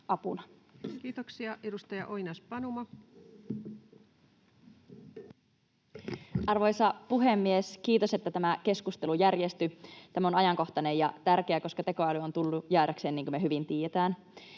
Kiitoksia. — Edustaja Oinas-Panuma. Arvoisa puhemies! Kiitos, että tämä keskustelu järjestyi. Tämä on ajankohtainen ja tärkeä, koska tekoäly on tullut jäädäkseen, niin kuin me hyvin tiedetään.